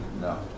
No